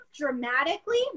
dramatically